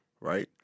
right